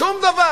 שום דבר